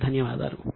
చాలా ధన్యవాదాలు